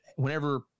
Whenever